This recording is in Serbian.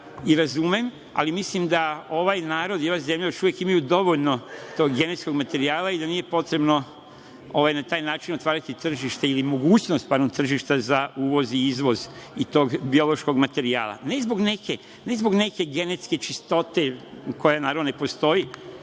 i razumem, ali mislim da ovaj narod i ova zemlja imaju dovoljno genetskog materijala i da nije potrebno na taj način otvarati tržište ili mogućnost tržišta za uvoz i izvoz tog biološkog materijala. Ne zbog neke genetske čistote koja ne postoji